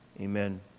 Amen